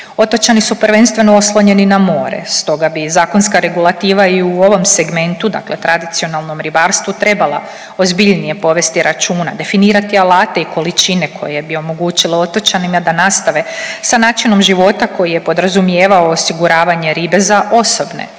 Otočani su prvenstveno oslonjeni na more, stoga bi zakonska regulativa i u ovom segmentu dakle tradicionalnom ribarstvu trebala ozbiljnije povesti računa, definirati alate i količine koje bi omogućile otočanima da nastave sa načinom života koji je podrazumijevao osiguravanje ribe za osobne